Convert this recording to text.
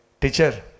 Teacher